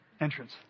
entrance